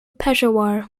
peshawar